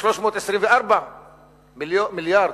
324 מיליארד?